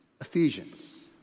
Ephesians